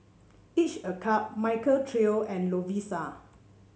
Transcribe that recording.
each a cup Michael Trio and Lovisa